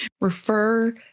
refer